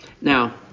Now